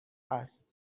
است